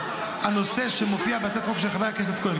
אותו הנושא שמופיע בהצעת החוק של חבר הכנסת כהן,